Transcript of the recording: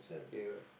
okay lah